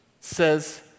says